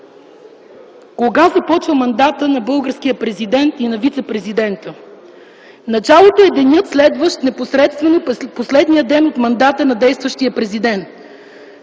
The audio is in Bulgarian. Кога започва мандатът на президента и вицепрезидента? Началото е денят, следващ непосредствено последния ден от мандата на действащия президент.